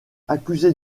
accusé